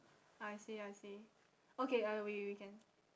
I see I see okay uh we we can